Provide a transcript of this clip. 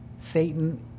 Satan